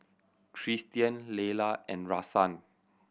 Christian Leyla and Rahsaan